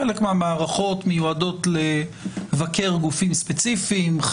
חלק מהמערכות מיועדות לבקר גופים ספציפיים,